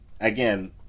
again